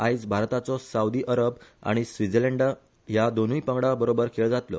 आयज भारताचो Saudi Arab आनी स्वीझरलेंड ह्या दोनुय पंगडा बरोबर खेळ जातलो